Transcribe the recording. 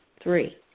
three